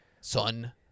son